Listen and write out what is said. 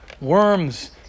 Worms